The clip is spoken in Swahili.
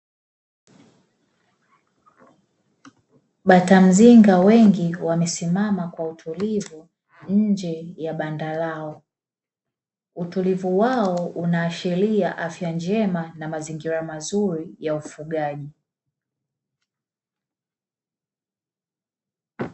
Bata mzinga wengi wamesimama kwa utulivu nje ya banda lao, utulivu wao unaashiria afya njema na mazingira mazuri ya ufugaji.